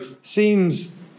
seems